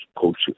culture